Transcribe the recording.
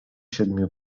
siedmiu